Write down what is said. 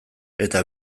eta